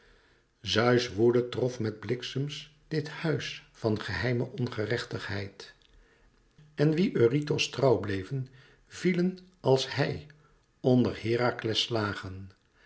zeus woede trof met bliksems dit huis van geheime ongerechtigheid en wie eurytos trouw bleven vielen als hij onder herakles slagen